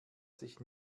sich